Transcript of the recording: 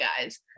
guys